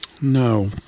No